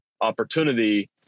opportunity